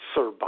Sir